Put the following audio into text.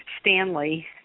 Stanley